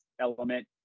element